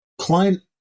Client